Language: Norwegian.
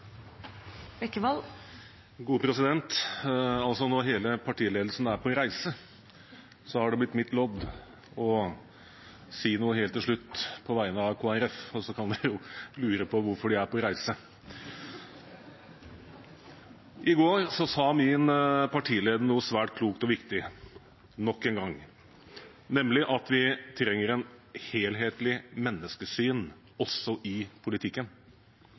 på reise, har det blitt mitt lodd å si noe helt til slutt på vegne av Kristelig Folkeparti – og så kan dere jo lure på hvorfor de er på reise. I går sa min partileder, nok en gang, noe svært klokt og viktig – nemlig at vi trenger et helhetlig menneskesyn også i politikken.